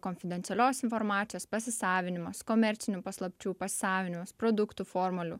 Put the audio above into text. konfidencialios informacijos pasisavinimas komercinių paslapčių pasisavinimas produktų formulių